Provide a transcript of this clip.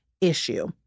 Issue